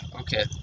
Okay